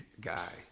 guy